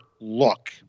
look